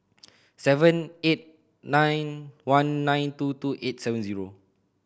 seven eight nine one nine two two eight seven zero